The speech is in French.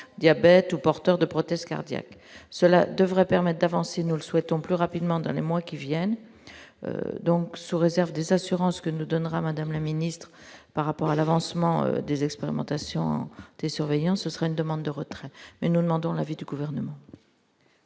diabète ou porteurs de prothèses cardiaques, cela devrait permettre d'avancer, nous ne souhaitons plus rapidement dans les mois qui viennent, donc, sous réserve des assurances que ne donnera, Madame la Ministre, par rapport à l'avancement des expérimentations, des surveillants, ce serait une demande de retrait, mais nous demandons l'avis du gouvernement.